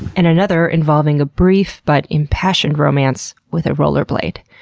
and another involving a brief but impassioned romance with a roller blade.